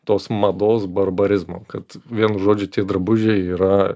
tos mados barbarizmo kad vienu žodžiu tie drabužiai yra